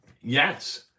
Yes